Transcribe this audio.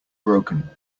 broken